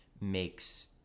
makes